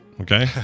Okay